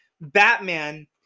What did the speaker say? Batman